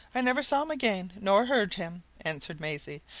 i never saw him again, nor heard him, answered maisie.